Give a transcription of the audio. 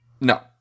No